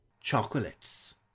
Chocolates